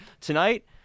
tonight